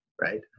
right